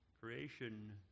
creation